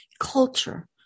Culture